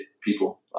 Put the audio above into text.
people